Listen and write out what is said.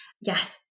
Yes